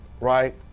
right